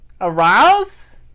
Arouse